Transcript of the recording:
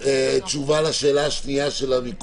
אוקיי, ומה לגבי תשובה לשאלה השנייה שלה.